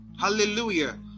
Hallelujah